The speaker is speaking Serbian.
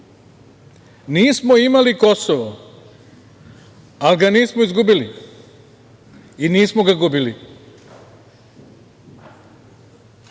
Nismo imali Kosovo, ali ga nismo izgubili i nismo ga gubili,